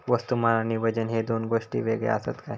वस्तुमान आणि वजन हे दोन गोष्टी वेगळे आसत काय?